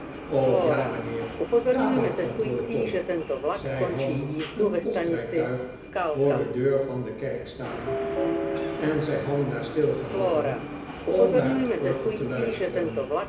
ja mijnheer dadelijk antwoordde tom zij hadden een postrijtuig voor de deur van de kerk staan en zij hadden daar stiigehouden om naar het orgel te luisteren